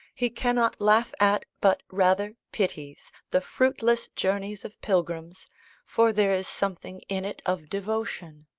he cannot laugh at, but rather pities, the fruitless journeys of pilgrims for there is something in it of devotion.